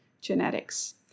genetics